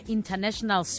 International